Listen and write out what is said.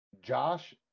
Josh